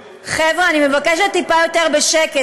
חבר'ה, אני מבקשת יותר בשקט.